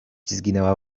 zginęła